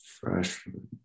Freshman